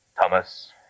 Thomas